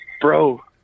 bro